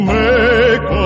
make